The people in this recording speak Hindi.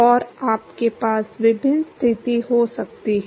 और आपके पास विभिन्न स्थिति हो सकती है